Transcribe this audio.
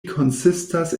konsistas